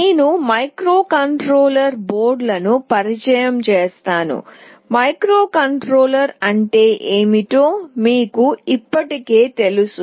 నేను మైక్రోకంట్రోలర్ బోర్డులను పరిచయం చేస్తాను మైక్రోకంట్రోలర్ అంటే ఏమిటో మీకు ఇప్పటికే తెలుసు